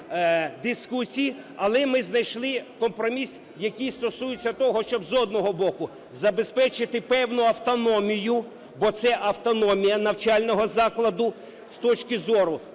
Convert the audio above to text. але ми знайшли компроміс, який стосується того, щоб, з одного боку, забезпечити певну автономію, бо це – автономія навчального закладу з точки зору